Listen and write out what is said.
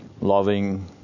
loving